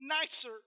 nicer